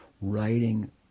writing